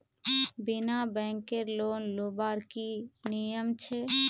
बिना बैंकेर लोन लुबार की नियम छे?